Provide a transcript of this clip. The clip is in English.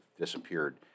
disappeared